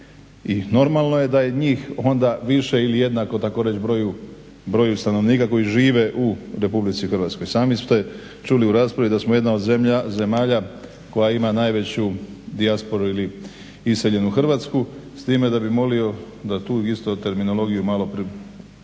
i normalno je da je njih onda više ili jednako tako reći broju stanovnika koji žive u RH. sami ste čuli u raspravi da smo jedan od zemalja koja ima najveću dijasporu ili iseljenu Hrvatsku s time da bih molio da tu istu terminologiju malo zbog